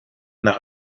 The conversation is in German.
nach